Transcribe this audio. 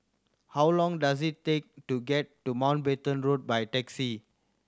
how long does it take to get to Mountbatten Road by taxi